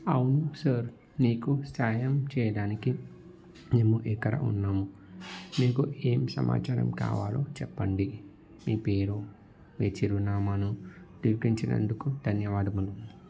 అవును సార్ నీకు సహాయం చెయ్యడానికే మేము ఇక్కడ ఉన్నాము మీకు ఏం సమాచారం కావాలో చెప్పండి మీ పేరు మీ చిరునామాను ధృవీకరించినందుకు ధన్యవాదములు